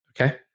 Okay